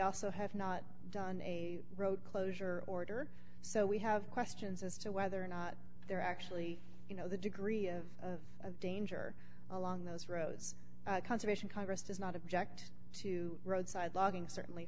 also have not done a road closure order so we have questions as to whether or not they're actually you know the degree of danger along those roads conservation congress does not object to road side logging certainly